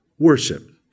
worship